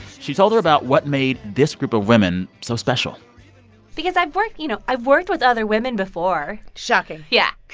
she told her about what made this group of women so special because i've worked you know, i've worked with other women before shocking yeah.